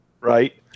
right